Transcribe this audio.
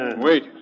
Wait